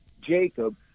Jacob